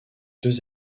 des